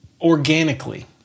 organically